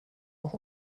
noch